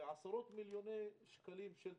זה עשרות-מיליוני שקלים של תקצוב.